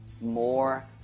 more